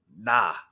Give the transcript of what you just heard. Nah